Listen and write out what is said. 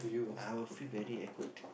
I will feel very awkward